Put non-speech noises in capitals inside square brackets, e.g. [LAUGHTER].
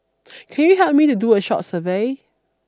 [NOISE] can you help me to do a short survey